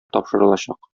тапшырылачак